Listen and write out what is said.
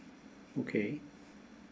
okay